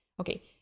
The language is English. Okay